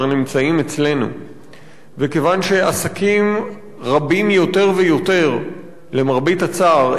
וכיוון שעסקים רבים יותר ויותר למרבה הצער ייקלעו בתקופה הקרובה לקשיים,